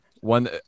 One